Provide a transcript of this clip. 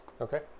Okay